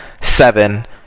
seven